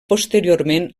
posteriorment